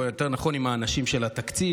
או יותר נכון עם האנשים של התקציב,